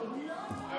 לא, לא.